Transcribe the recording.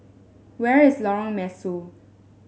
where is Lorong Mesu